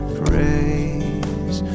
praise